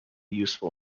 useful